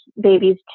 babies